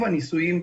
כ-94%.